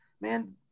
man